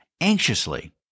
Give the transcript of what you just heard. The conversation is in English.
anxiously